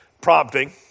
prompting